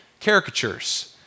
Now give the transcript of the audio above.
Caricatures